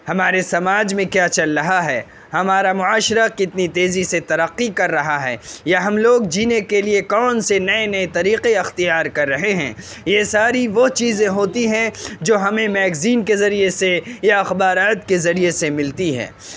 ہمارے سماج میں کیا چل رہا ہے ہمارا معاشرہ کتنی تیزی سے ترقی کر رہا ہے یا ہم لوگ جینے کے لیے کون سے نئے نئے طریقے اختیار کر رہے ہیں یہ ساری وہ چیزیں ہوتی ہے جو ہمیں میگزین کے ذریعے سے یا اخبارات کے ذریعے سے ملتی ہیں